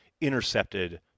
intercepted